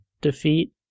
defeat